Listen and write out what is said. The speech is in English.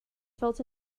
felt